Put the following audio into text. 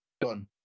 done